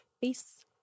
peace